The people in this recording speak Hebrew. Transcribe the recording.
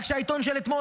רק שהעיתון של אתמול,